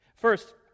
First